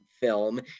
film